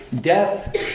death